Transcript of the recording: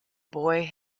boy